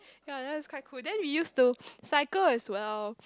ye it was quite cool then use to cycle as well